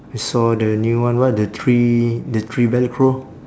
I saw the new one what the three the three velcro